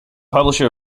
publisher